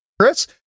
Chris